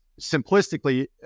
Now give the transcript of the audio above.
simplistically